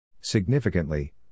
Significantly